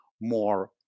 more